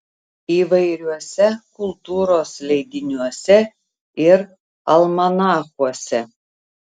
įvairiuose kultūros leidiniuose ir almanachuose